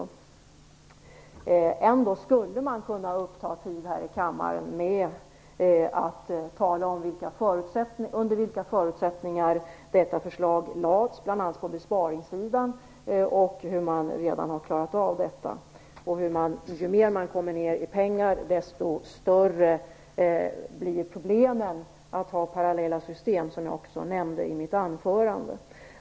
Man skulle ändå kunna uppta tid här i kammaren med att tala om under vilka förutsättningar - bl.a. på besparingssidan - detta förslag lades fram, att detta redan har klarats av samt att problemen i att ha parallella system blir större ju mindre pengar man har, något som jag också nämnde i mitt anförande.